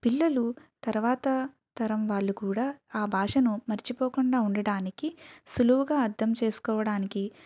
పిల్లలు తర్వాత తరం వాళ్ళు కూడా ఆ భాషను మర్చిపోకుండా ఉండటానికి సులువుగా అర్థం చేసుకోవడానికి